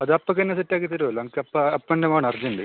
അത് അപ്പോൾ തന്നെ സെറ്റ് ആക്കി തരുമല്ലോ എനിക്ക് അപ്പോൾ അപ്പം തന്നെ വേണം അർജൻറ്